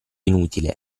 inutile